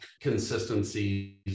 consistencies